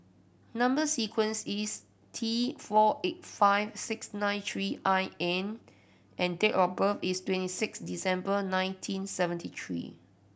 number sequence is T four eight five six nine three I N and date of birth is twenty six December nineteen seventy three